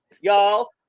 Y'all